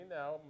now